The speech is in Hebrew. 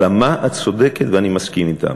על ה"מה" את צודקת, ואני מסכים אתך.